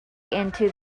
into